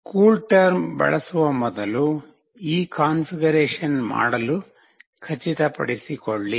CoolTerm ಬಳಸುವ ಮೊದಲು ಈ ಕಾನ್ಫಿಗರೇಶನ್ ಮಾಡಲು ಖಚಿತಪಡಿಸಿಕೊಳ್ಳಿ